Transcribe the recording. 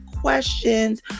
questions